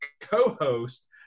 co-host